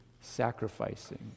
sacrificing